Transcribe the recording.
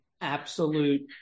absolute